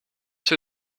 zou